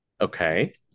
Okay